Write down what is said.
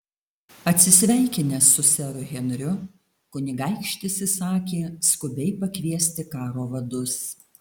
atsisveikinęs su seru henriu kunigaikštis įsakė skubiai pakviesti karo vadus